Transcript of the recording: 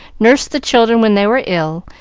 nursed the children when they were ill,